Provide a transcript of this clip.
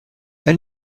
elle